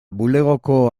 bulegoko